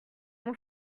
mon